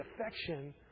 affection